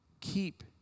Keep